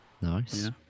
Nice